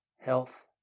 health